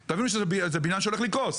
זה בניין שעומד לקרוס.